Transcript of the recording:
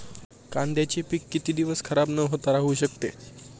कांद्याचे पीक किती दिवस खराब न होता राहू शकते?